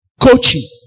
Coaching